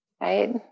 right